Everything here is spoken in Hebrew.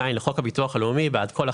מה